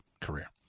career